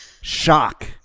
shock